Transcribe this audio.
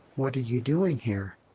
what are you doing here?